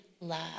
love